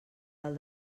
del